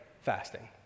fasting